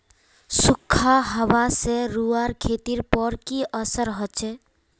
सुखखा हाबा से रूआँर खेतीर पोर की असर होचए?